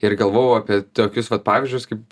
ir galvojau apie tokius vat pavyzdžius kaip